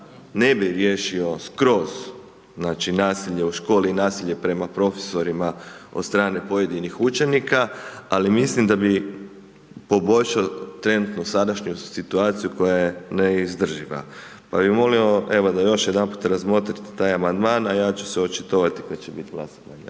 ne bi riješio skroz znači nasilje u školi i nasilje prema profesorima od strane pojedinih učenika, ali mislim da bi poboljšo trenutno sadašnju situaciju koja je neizdrživa. Pa bi molio, evo da još jedanput razmotrite taj amandman, a ja ću se očitovati kada će biti glasovanje